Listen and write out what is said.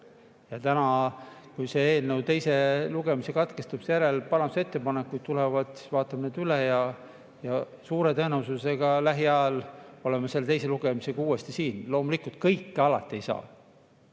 Ja täna, kui selle eelnõu teise lugemise katkestamise järel parandusettepanekud tulevad, siis vaatame need üle ja suure tõenäosusega lähiajal oleme teise lugemisega uuesti siin. Loomulikult kõike alati ei saa.